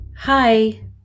Hi